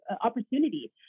opportunity